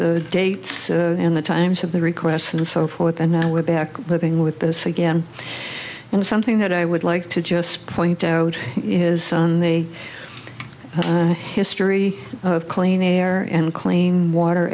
the dates and the times of the requests and so forth and now we're back living with this again and something that i would like to just point out his son the history of clean air and clean water